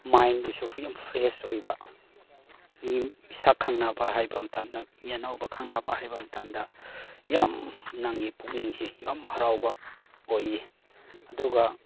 ꯃꯥꯏꯟꯗꯁꯨ free ꯌꯥꯝ fresh ꯑꯣꯏꯕ ꯃꯤ ꯁꯛ ꯈꯪꯅꯕ ꯍꯥꯏꯕ ꯃꯇꯝꯗ ꯃꯤ ꯑꯅꯧꯕ ꯈꯪꯅꯕ ꯍꯥꯏꯕ ꯃꯇꯝꯗ ꯌꯥꯝ ꯅꯪꯉꯤ ꯄꯨꯛꯅꯤꯡꯁꯦ ꯌꯥꯝ ꯍꯔꯥꯎꯕ ꯑꯣꯏꯌꯦ ꯑꯗꯨꯒ